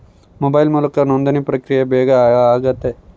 mobile ಮೂಲಕ ನೋಂದಣಿ ಪ್ರಕ್ರಿಯೆ ಬೇಗ ಆತತೆ